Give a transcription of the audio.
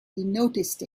noticed